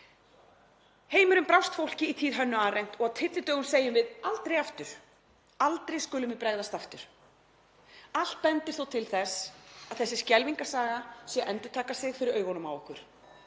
Heimurinn brást fólki í tíð Hönnu Arendt og á tyllidögum segjum við: Aldrei aftur, aldrei skulum við bregðast aftur. Allt bendir þó til þess að þessi skelfingarsaga sé að endurtaka sig fyrir augunum á okkur.